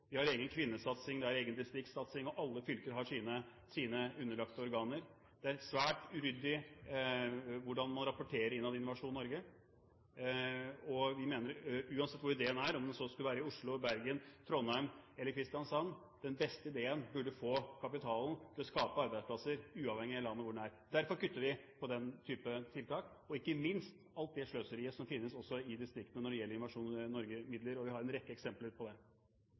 har egen kvinnesatsing. Man har egen distriktssatsing, og alle fylker har sine underlagte organer. Det er svært uryddig hvordan man rapporterer innad i Innovasjon Norge, og vi mener at uansett hvor ideen er, om den så skulle være i Oslo, i Bergen, i Trondheim eller i Kristiansand, burde den beste ideen få kapitalen for å skape arbeidsplasser – uavhengig av hvor i landet den er. Derfor kutter vi på den type tiltak. Ikke minst gjelder det alt det sløseriet med Innovasjon Norge-midler som også finnes i distriktene. Vi har en rekke eksempler på det.